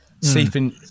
Sleeping